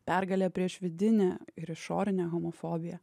pergalė prieš vidinę ir išorinę homofobiją